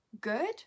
good